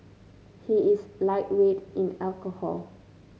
he is a lightweight in alcohol